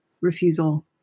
refusal